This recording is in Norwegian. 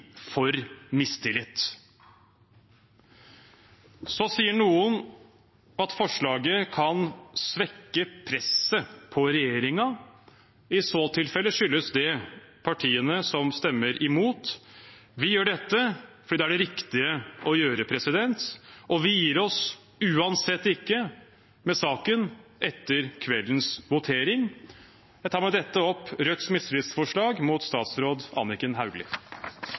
for mistillit? Så sier noen at forslaget kan svekke presset på regjeringen. I så tilfelle skyldes det partiene som stemmer imot. Vi gjør dette fordi det er det riktige å gjøre, og vi gir oss uansett ikke med saken etter kveldens votering. Jeg fremmer med dette Rødts mistillitsforslag mot statsråd Anniken Hauglie.